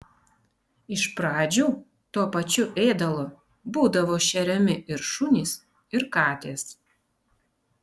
iš pradžių tuo pačiu ėdalu būdavo šeriami ir šunys ir katės